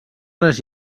les